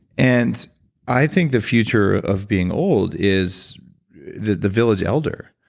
and i think the future of being old is the the village elder,